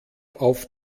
auf